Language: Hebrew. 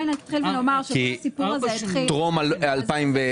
טרום 2010?